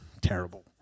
terrible